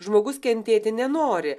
žmogus kentėti nenori